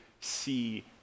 see